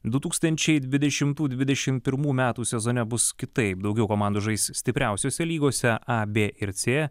du tūkstančiai dvidešimtų dvidešim pirmų metų sezone bus kitaip daugiau komandų žais stipriausiose lygose a b ir c